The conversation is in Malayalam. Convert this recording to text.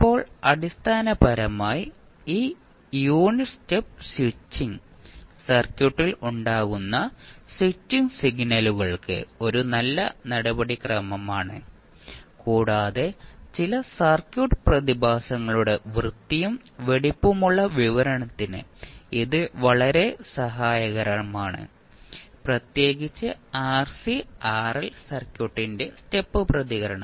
ഇപ്പോൾ അടിസ്ഥാനപരമായി ഈ യൂണിറ്റ് സ്റ്റെപ്പ് സ്വിച്ചിംഗ് സർക്യൂട്ടിൽ ഉണ്ടാകുന്ന സ്വിച്ചിംഗ് സിഗ്നലുകൾക്ക് ഒരു നല്ല നടപടിക്രമമാണ് കൂടാതെ ചില സർക്യൂട്ട് പ്രതിഭാസങ്ങളുടെ വൃത്തിയും വെടിപ്പുമുള്ള വിവരണത്തിന് ഇത് വളരെ സഹായകരമാണ് പ്രത്യേകിച്ച് ആർസി ആർഎൽ സർക്യൂട്ടിന്റെ സ്റ്റെപ്പ് പ്രതികരണം